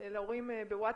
בוואטסאפ,